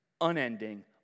unending